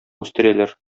үстерәләр